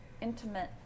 intimate